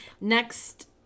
Next